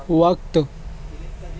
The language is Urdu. وقت